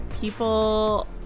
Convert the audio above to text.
People